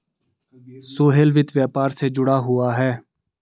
सोहेल वित्त व्यापार से जुड़ा हुआ है